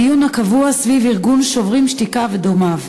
הדיון הקבוע סביב ארגון "שוברים שתיקה" ודומיו.